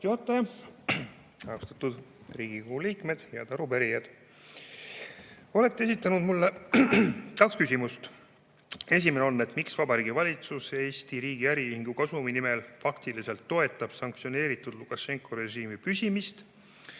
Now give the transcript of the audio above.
Austatud Riigikogu liikmed, head arupärijad! Olete esitanud mulle kaks küsimust. Esimene: "Miks Vabariigi Valitsus Eesti riigi äriühingu kasumi nimel faktiliselt toetab sanktsioneeritud Lukašenka režiimi püsimist